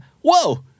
whoa